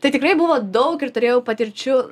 tai tikrai buvo daug ir turėjau patirčių